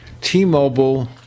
T-Mobile